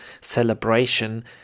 celebration